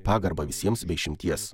pagarbą visiems be išimties